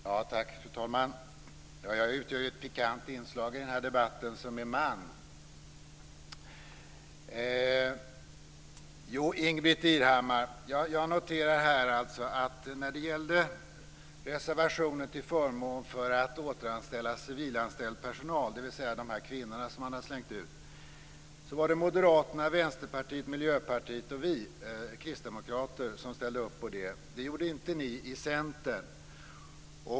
Fru talman! Jag utgör ett pikant inslag i den här debatten eftersom jag är man. När det gäller reservationer till förmån för att återanställa civilanställd personal, dvs. de kvinnor som man har slängt ut, noterar jag, Ingbritt Irhammar, att Moderaterna, Vänsterpartiet, Miljöpartiet och Kristdemokraterna ställde upp på det. Det gjorde inte Centern.